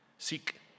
Seek